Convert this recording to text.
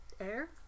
air